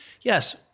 yes